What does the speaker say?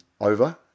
over